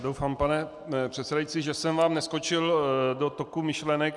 Doufám, pane předsedající, že jsem vám neskočil do toku myšlenek.